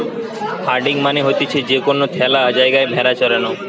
herding মানে হতিছে যে কোনো খ্যালা জায়গায় ভেড়া চরানো